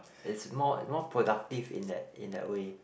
it's more more productive in that in that way